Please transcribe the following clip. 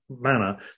manner